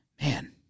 man